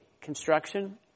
construction